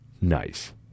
Nice